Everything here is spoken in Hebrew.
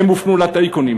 הן הופנו לטייקונים,